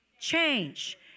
change